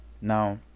Now